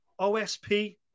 OSP